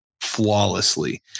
flawlessly